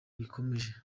gikomeje